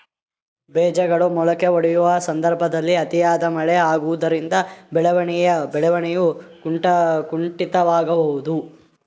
ಬೇಜಗಳು ಮೊಳಕೆಯೊಡೆಯುವ ಸಂದರ್ಭದಲ್ಲಿ ಅತಿಯಾದ ಮಳೆ ಆಗುವುದರಿಂದ ಬೆಳವಣಿಗೆಯು ಕುಂಠಿತವಾಗುವುದೆ?